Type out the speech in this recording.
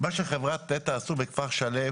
מה שחברת נת"ע עשו בכפר שלם